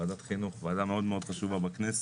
ועדת חינוך, ועדה מעוד מאוד חשובה בכנסת.